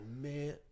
man